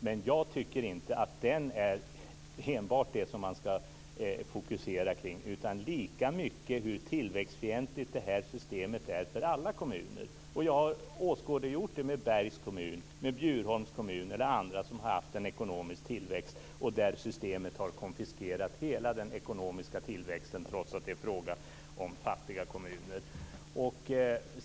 Men jag tycker inte att det enbart är den som man skall fokusera kring, utan lika mycket hur tillväxtfientligt systemet är för alla kommuner. Jag har åskådliggjort det med Bergs kommun, Bjurholms kommun eller andra som haft en ekonomisk tillväxt och där systemet har konfiskerat hela den ekonomiska tillväxten, trots att det är fråga om fattiga kommuner.